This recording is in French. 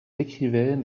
écrivaine